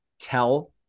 tell